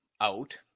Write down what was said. out